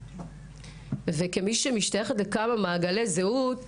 וגזענות, וכמי שמשתייכת לכמה מעגלי זהות